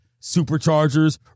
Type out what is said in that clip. Superchargers